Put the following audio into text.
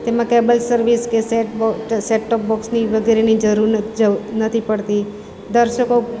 તેમાં cable service કે set box set top બોક્સની વગેરેની જરૂર ન જવ નથી પડતી દર્શકો